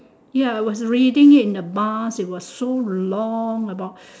ya was reading it in the bus it was so long about